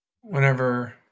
Whenever